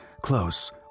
Close